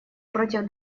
против